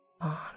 on